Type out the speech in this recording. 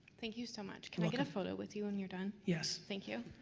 thank you so much. can i get a photo with you when you're done? yes. thank you.